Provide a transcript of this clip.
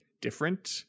different